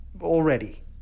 already